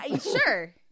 Sure